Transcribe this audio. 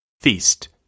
Feast